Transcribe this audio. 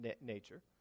nature